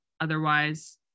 otherwise